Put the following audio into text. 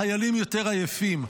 חיילים יותר עייפים.